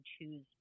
choose